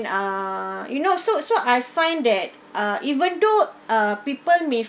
ah you know so so I find that uh even though uh people may